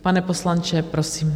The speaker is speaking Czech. Pane poslanče, prosím.